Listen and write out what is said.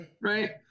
right